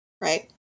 right